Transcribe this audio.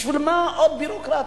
בשביל מה עוד ביורוקרטיה?